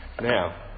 Now